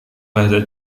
bahasa